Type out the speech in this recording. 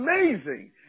amazing